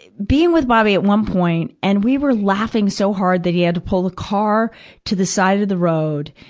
being with bobby at one point, and we were laughing so hard that he had to pull the car over to the side of the road,